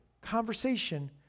conversation